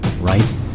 right